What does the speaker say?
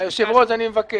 היושב-ראש, אני מבקש.